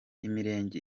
imirenge